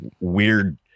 weird